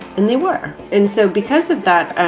and they were. and so because of that